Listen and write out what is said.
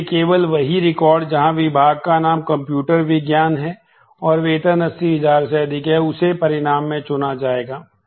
इसलिए केवल वही रिकॉर्ड जहां विभाग का नाम कंप्यूटर विज्ञान है और वेतन 80000 से अधिक है उसे परिणाम में चुना जाएगा